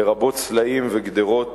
לרבות סלעים וגדרות,